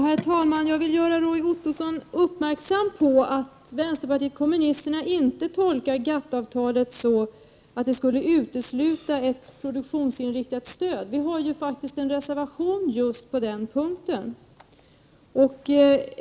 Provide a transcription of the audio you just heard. Herr talman! Jag vill göra Roy Ottosson uppmärksam på att vänsterpartiet kommunisterna inte tolkar GATT-avtalet så, att det skulle utesluta ett produktionsinriktat stöd. Vi har faktiskt en reservation på just den punkten.